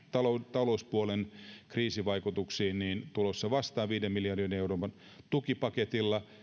talouspuolen kriisivaikutuksiin tulossa vastaan viiden miljardin euron tukipaketilla